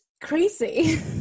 crazy